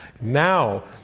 Now